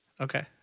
Okay